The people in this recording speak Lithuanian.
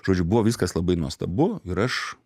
žodžiu buvo viskas labai nuostabu ir aš